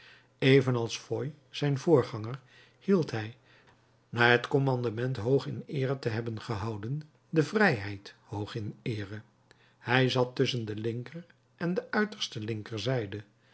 evenals foy zijn voorganger hield hij na het commandement hoog in eere te hebben gehouden de vrijheid hoog in eere hij zat tusschen de linkeren de uiterste linkerzijde